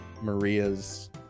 Maria's